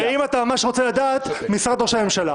אם אתה ממש רוצה לדעת משרד ראש הממשלה.